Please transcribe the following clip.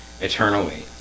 eternally